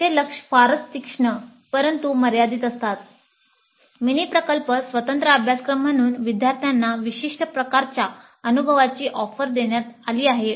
त्याचे लक्ष फारच तीक्ष्ण परंतु मर्यादित असतात मिनी प्रकल्प स्वतंत्र अभ्यासक्रम म्हणून विद्यार्थ्यांना विशिष्ट प्रकारच्या अनुभवाची ऑफर देण्यात आली आहे